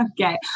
Okay